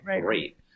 great